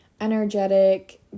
energetic